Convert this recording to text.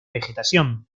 vegetación